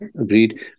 agreed